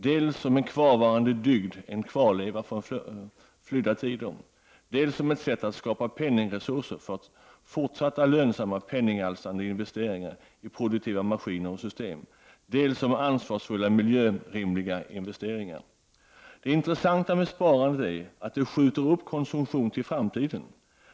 Dels som en kvarvarande dygd — en kvarleva från flydda tider, dels som ett sätt att skapa penningresurser för fortsatta lönsamma penningalstrande investeringar i produktiva maskiner och system, eller som ansvarsfulla miljörimliga investeringar. Det intressanta med sparande är att det skjuter upp konsumtion till framtiden.